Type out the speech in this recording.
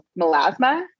melasma